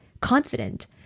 confident